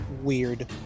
weird